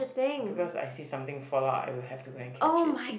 because I see something fall out I will have to go and catch it